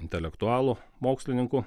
intelektualų mokslininkų